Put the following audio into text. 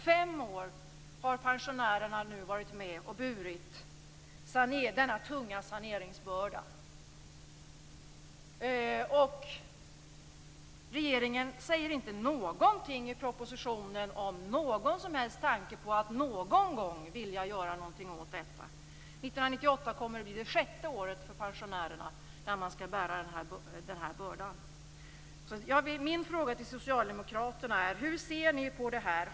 Fem år har pensionärerna nu varit med och burit denna tunga saneringsbörda. Regeringen säger inte någonting i propositionen om någon som helst tanke på att någon gång vilja göra någonting åt detta. År 1998 kommer att bli det sjätte året då pensionärerna skall bära den här bördan. Min fråga till socialdemokraterna är: Hur ser ni på det här?